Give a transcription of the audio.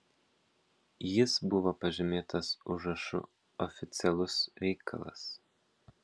jis buvo pažymėtas užrašu oficialus reikalas